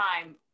time